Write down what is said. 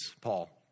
Paul